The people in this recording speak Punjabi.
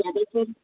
ਜਿਹਦੇ ਚ